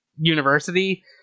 university